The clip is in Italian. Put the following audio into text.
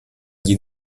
gli